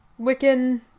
Wiccan